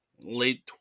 late